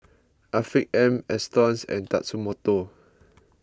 Afiq M Astons and Tatsumoto